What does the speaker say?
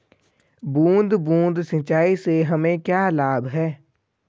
बूंद बूंद सिंचाई से हमें क्या लाभ है?